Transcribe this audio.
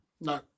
no